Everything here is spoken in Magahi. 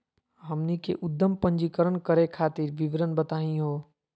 हमनी के उद्यम पंजीकरण करे खातीर विवरण बताही हो?